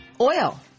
oil